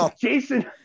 Jason